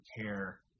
care